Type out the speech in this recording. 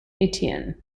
etienne